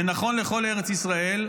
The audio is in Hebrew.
זה נכון לכל ארץ ישראל,